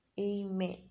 Amen